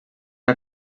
una